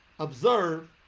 Observe